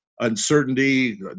uncertainty